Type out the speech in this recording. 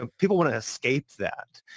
ah people want to escape that.